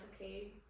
okay